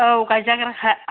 औ गाइजाग्राखा